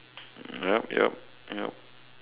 yup yup yup